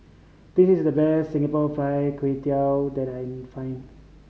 this is the best Singapore Fried Kway Tiao that I can find